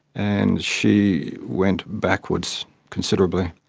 and she went backwards considerably.